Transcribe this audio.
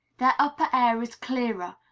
their upper air is clearer,